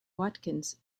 watkins